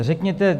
Řekněte!